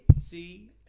See